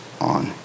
on